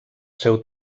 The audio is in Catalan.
seu